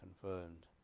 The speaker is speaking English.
confirmed